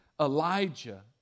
Elijah